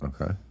Okay